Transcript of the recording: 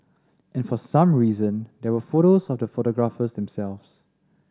and for some reason there were photos of the photographers themselves